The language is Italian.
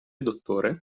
dottore